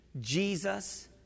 Jesus